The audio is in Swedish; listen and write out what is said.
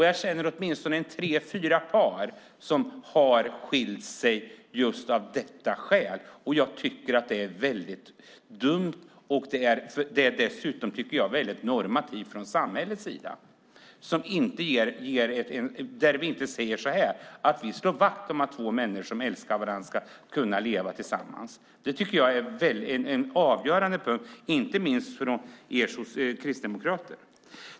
Jag känner åtminstone tre fyra par som har skilt sig just av detta skäl. Jag tycker att det är dumt, och dessutom normativt från samhällets sida. Vi borde i stället säga: Vi slår vakt om att två människor som älskar varandra ska kunna leva tillsammans. Det tycker jag är en avgörande punkt, inte minst för er kristdemokrater.